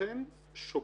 כולכן שוגות,